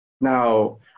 Now